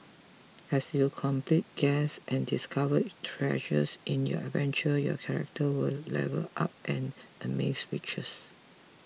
as you complete quests and discover treasures in your adventure your character will level up and amass riches